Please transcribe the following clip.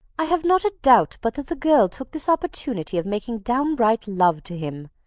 i have not a doubt but that the girl took this opportunity of making downright love to him.